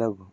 लघु